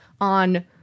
on